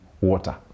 water